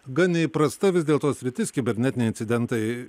gan neįprasta vis dėl to sritis kibernetiniai incidentai